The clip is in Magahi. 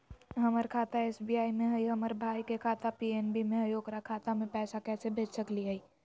हमर खाता एस.बी.आई में हई, हमर भाई के खाता पी.एन.बी में हई, ओकर खाता में पैसा कैसे भेज सकली हई?